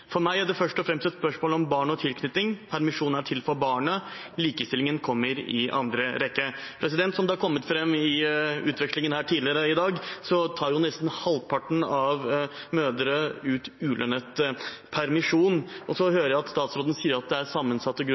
meg er det først og fremst et spørsmål om barn og tilknytning. Permisjonen er til for barnet. Likestillingen kommer i andre rekke.» Som det er kommet fram i utvekslingen her tidligere i dag, tar jo nesten halvparten av mødre ut ulønnet permisjon. Så hører jeg at statsråden sier at det er sammensatte